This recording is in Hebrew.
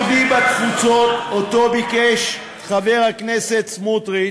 בתפוצות, שביקש חבר הכנסת סמוטריץ,